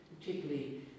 particularly